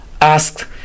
asked